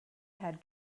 had